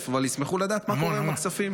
אבל הם ישמחו לדעת מה קורה עם הכספים.